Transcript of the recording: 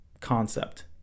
concept